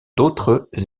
d’autres